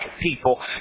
people